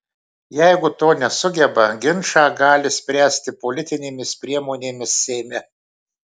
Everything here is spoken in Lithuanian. jeigu to nesugeba ginčą gali spręsti politinėmis priemonėmis seime